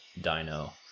dino